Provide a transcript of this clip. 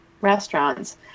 restaurants